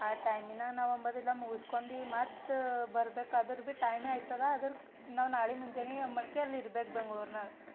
ಆ ಟೈಮಿನ ನಾವು ಅಂಬೋದೆಲ್ಲ ಮುಗಿಸ್ಕೊಂಡಿ ಮತ್ತೆ ಬರ್ಬೇಕು ಆದರು ಭೀ ಟೈಮೇ ಆಯ್ತದೆ ಅದ್ರಕ್ಕ ನಾವು ನಾಳೆ ಮುಂಜಾನೆ ಮಣ್ಕೆ ಅಲ್ಲಿ ಇರ್ಬೇಕು ಬೆಂಗಳೂರ್ನಾಗ